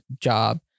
job